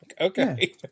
Okay